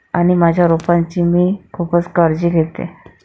आणि माझ्या रोपांची मी खूपच काळजी घेते